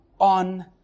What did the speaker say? on